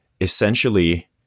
essentially